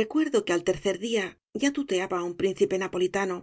recuerdo que al tercer día ya tuteaba á un príncipe napolitano